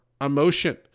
emotion